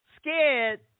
scared